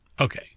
Okay